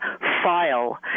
file